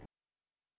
ya